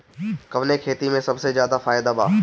कवने खेती में सबसे ज्यादा फायदा बा?